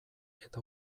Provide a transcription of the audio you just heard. eta